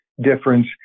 difference